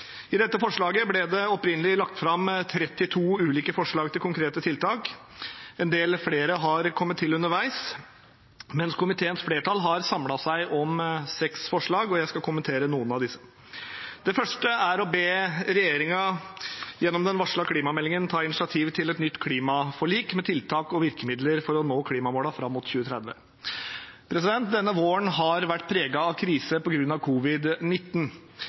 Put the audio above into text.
I dette forslaget ble det opprinnelig lagt fram 32 ulike forslag til konkrete tiltak; en del flere har kommet til underveis. Komiteens flertall har samlet seg om seks forslag, og jeg skal kommentere noen av disse. Det første er å be regjeringen gjennom den varslede klimameldingen ta initiativ til et nytt klimaforlik med tiltak og virkemidler for å nå klimamålene fram mot 2030. Denne våren har vært preget av krise